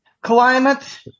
Climate